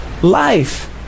life